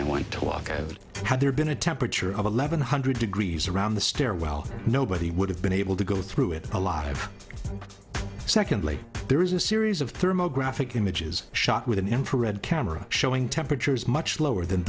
i want to walk had there been a temperature of eleven hundred degrees around the stairwell nobody would have been able to go through it alive secondly there is a series of thermo graphic images shot with an infrared camera showing temperatures much lower than